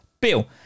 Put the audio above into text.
bill